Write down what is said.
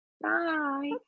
Bye